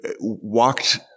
walked